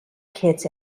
kids